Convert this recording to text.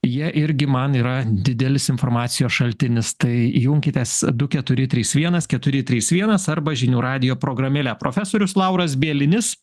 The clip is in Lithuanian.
jie irgi man yra didelis informacijos šaltinis tai junkitės du keturi trys vienas keturi trys vienas arba žinių radijo programėle profesorius lauras bielinis